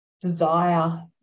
desire